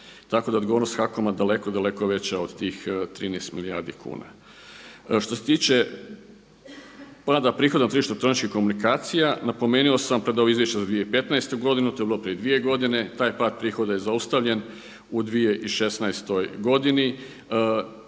Tako da je odgovornost HAKOM-a daleko, daleko veća od tih 13 milijardi kuna. Što se tiče pada prihoda na tržištu elektroničkih komunikacija napomenuo sam pred ovo Izvješće za 2015. godinu, to je bilo prije 2 godine, taj pad prihoda je zaustavljen u 2016. godini.